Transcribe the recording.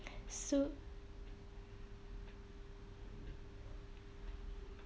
so